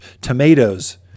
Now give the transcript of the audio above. tomatoes